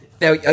now